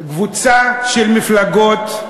קבוצה של מפלגות,